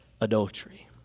adultery